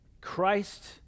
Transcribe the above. Christ